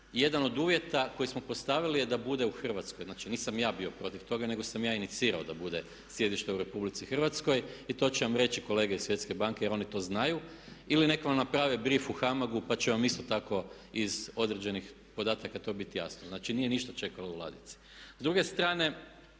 jedan od uvjeta koji smo postavili je da bude u Hrvatskoj. Znači nisam ja bio protiv toga, nego sam ja inicirao da bude sjedište u RH i to će vam reći kolege iz Svjetske banke jer oni to znaju. Ili neka vam naprave brif u HAMAG-u pa će vam isto tako iz određenih podataka to biti jasno. Znači nije ništa čekalo u ladici